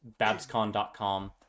babscon.com